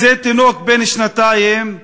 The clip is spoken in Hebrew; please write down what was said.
זה תינוק בן שנתיים,